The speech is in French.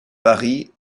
paris